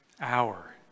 hour